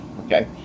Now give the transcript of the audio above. Okay